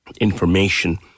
information